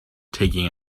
taking